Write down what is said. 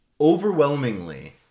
overwhelmingly